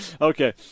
Okay